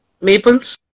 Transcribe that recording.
Maples